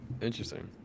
Interesting